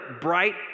bright